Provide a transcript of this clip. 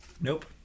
nope